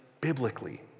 biblically